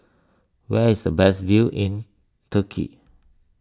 where is the best view in Turkey